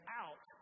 out